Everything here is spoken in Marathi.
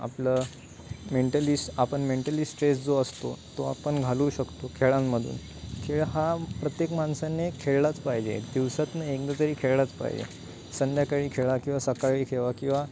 आपलं मेंटली स् आपण मेंटली स्ट्रेस जो असतो तो आपण घालवू शकतो खेळांमधून खेळ हा प्रत्येक माणसाने खेळलाच पाहिजे दिवसातून एकदा तरी खेळलाच पाहिजे संध्याकाळी खेळा किंवा सकाळी खेळा किंवा